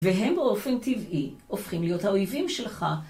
והם באופן טבעי הופכים להיות האויבים שלך.